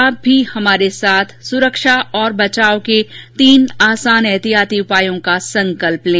आप भी हमारे साथ सुरक्षा और बचाव के तीन आसान एहतियाती उपायों का संकल्प लें